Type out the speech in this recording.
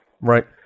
Right